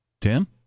Tim